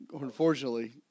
Unfortunately